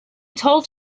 told